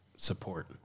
Support